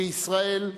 בישראל,